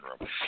room